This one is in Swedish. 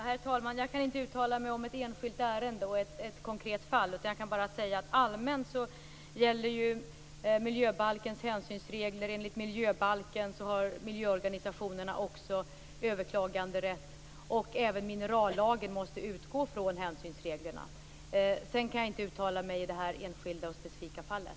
Herr talman! Jag kan inte uttala mig om ett enskilt ärende och ett konkret fall, utan jag kan bara säga att allmänt gäller miljöbalkens hänsynsregler. Enligt miljöbalken har miljöorganisationerna också överklaganderätt. Även minerallagen måste utgå från hänsynsreglerna. Jag kan alltså inte uttala mig i det här enskilda och specifika fallet.